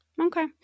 Okay